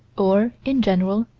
or, in general,